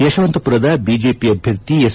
ಯಶವಂತಮರದ BJP ಅಭ್ಯರ್ಥಿ S